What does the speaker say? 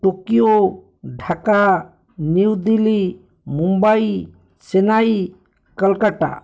Tokyo Dhaka New Delhi Mumbai Chennai Kolkata